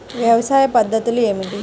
వ్యవసాయ పద్ధతులు ఏమిటి?